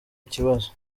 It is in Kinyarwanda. ikibazo